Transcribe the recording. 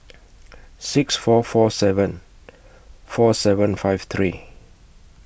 six four four seven four seven five three